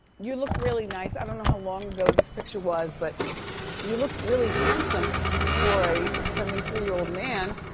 you look really nice. i don't know how long ago this picture was but you look really handsome for a seventy three year old man,